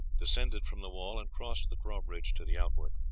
descended from the wall and crossed the drawbridge to the outwork.